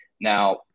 Now